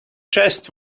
chest